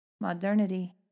modernity